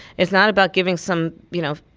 it's not about giving some, you know,